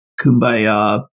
kumbaya